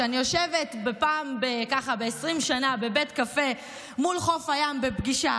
כשאני יושבת פעם בעשרים שנה בבית קפה מול חוף הים בפגישה,